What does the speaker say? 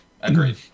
Agreed